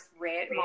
red